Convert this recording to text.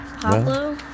Pablo